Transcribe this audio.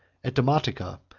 at demotica,